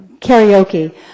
Karaoke